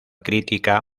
crítica